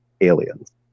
aliens